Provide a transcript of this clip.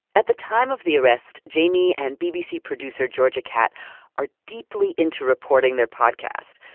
at the time of the arrest, jamie and bbc producer georgia catt are deeply into reporting their podcast.